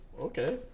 okay